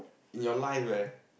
in your life eh